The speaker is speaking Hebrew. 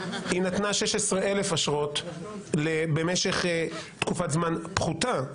היא נתנה 16,000 אשרות במשך תקופת זמן פחותה,